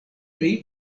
pri